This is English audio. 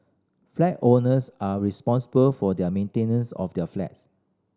flat owners are responsible for their maintenance of their flats